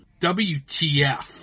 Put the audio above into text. WTF